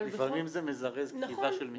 לפעמים זה מזרז כתיבה של מכתבים.